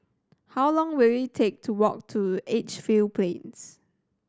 how long will it take to walk to Edgefield Plains